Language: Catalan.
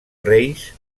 reis